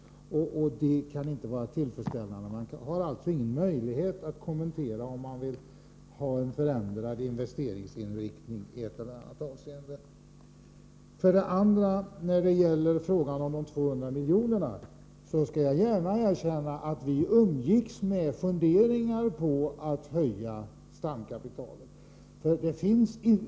Det kan inte vara tillfredsställande. Man har alltså ingen möjlighet att kommentera, om man vill ha en förändrad investeringsinriktning i ett eller annat avseende. För det andra: När det gäller frågan om de 200 miljonerna skall jag gärna erkänna att vi umgicks med funderingar på att höja stamkapitalet.